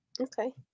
okay